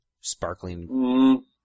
Sparkling